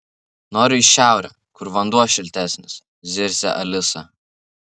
noriu į šiaurę kur vanduo šiltesnis zirzia alisa